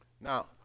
Now